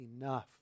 enough